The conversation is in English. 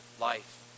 life